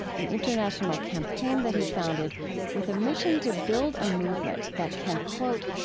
an international campaign that he founded with a mission to build a movement that can, quote,